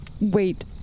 Wait